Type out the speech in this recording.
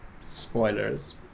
spoilers